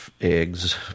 eggs